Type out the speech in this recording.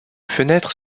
fenêtres